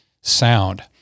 sound